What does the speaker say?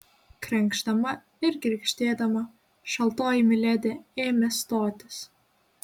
krenkšdama ir girgždėdama šaltoji miledi ėmė stotis